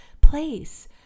place